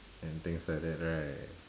and things like that right